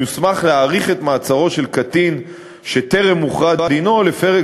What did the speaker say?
יוסמך להאריך את מעצרו של קטין שטרם הוכרע דינו לפרק